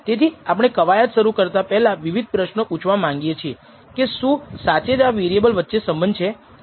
તેથી આપણે કવાયત શરુ કરતા પહેલા વિવિધ પ્રશ્નો પૂછવા માંગીએ છીએ કે શું સાચે જ આ વેરિએબલ વચ્ચે સંબંધ છે